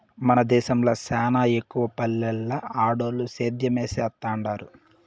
మన దేశంల సానా ఎక్కవగా పల్లెల్ల ఆడోల్లు సేద్యమే సేత్తండారు